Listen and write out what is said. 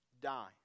die